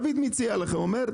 ואומר,